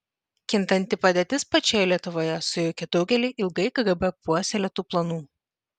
kintanti padėtis pačioje lietuvoje sujaukė daugelį ilgai kgb puoselėtų planų